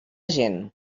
gent